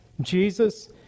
Jesus